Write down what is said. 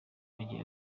agira